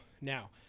now